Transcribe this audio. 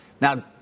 Now